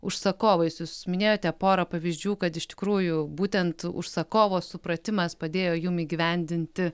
užsakovais jūs minėjote porą pavyzdžių kad iš tikrųjų būtent užsakovo supratimas padėjo jum įgyvendinti